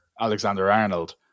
Alexander-Arnold